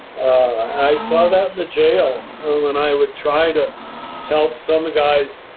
i saw that in the jail when i would try to help some guys.